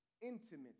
intimate